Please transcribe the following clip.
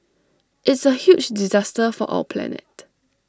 it's A huge disaster for our planet